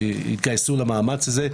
שהתגייסו למאמץ הזה.